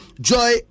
Joy